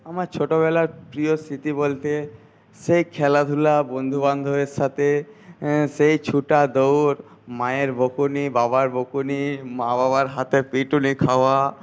আমার ছোটবেলার প্রিয় স্মৃতি বলতে সেই খেলাধুলা বন্ধুবান্ধবের সাথে সেই ছুটে দৌড় মায়ের বকুনি বাবার বকুনি মা বাবার হাতে পিটুনি খাওয়া